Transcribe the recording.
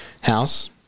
house